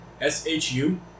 S-H-U